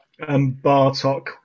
Bartok